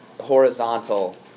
horizontal